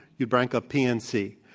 you'd break up pnc.